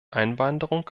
einwanderung